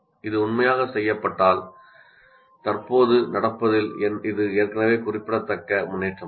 இது உண்மையாக செய்யப்பட்டால் தற்போது என்ன நடக்கிறது என்பதில் இது ஏற்கனவே குறிப்பிடத்தக்க முன்னேற்றமாகும்